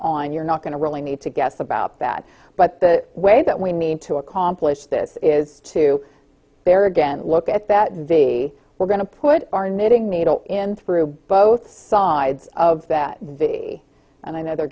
on you're not going to really need to guess about that but the way that we need to accomplish this is to there again look at that v we're going to put our knitting needle in through both sides of that v and i know they're